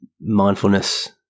mindfulness